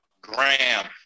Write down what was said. Graham